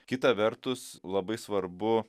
kita vertus labai svarbu